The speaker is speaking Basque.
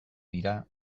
dira